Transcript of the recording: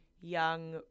young